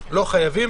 לא חייבים,